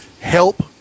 help